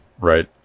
right